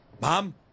mom